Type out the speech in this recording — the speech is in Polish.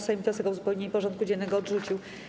Sejm wniosek o uzupełnienie porządku dziennego odrzucił.